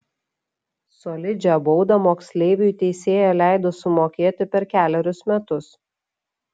solidžią baudą moksleiviui teisėja leido sumokėti per kelerius metus